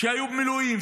שהיו במילואים,